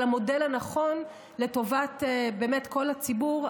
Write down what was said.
על המודל הנכון באמת לטובת כל הציבור,